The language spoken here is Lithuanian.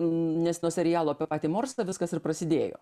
nes nuo serialo apie patį morsą viskas ir prasidėjo